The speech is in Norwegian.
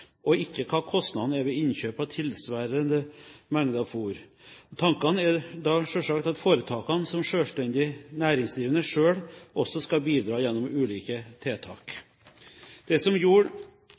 avlingstapet, ikke av kostnaden ved innkjøp av tilsvarende mengder fôr. Tanken er selvsagt at foretakene, som drives av selvstendig næringsdrivende, også selv skal bidra gjennom ulike tiltak.